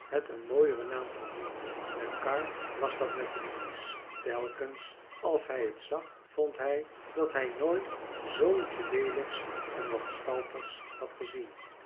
het een mooieren naam verdiende en karr was dat met hem eens telkens als hij het zag vond hij dat hij nooit zooiets leelijks en wanstaltigs had gezien